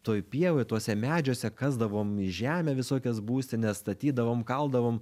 toj pievoj tuose medžiuose kasdavom į žemę visokias būstines statydavom kaldavom